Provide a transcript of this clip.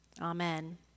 Amen